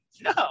No